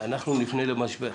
אנחנו נפנה למשבר.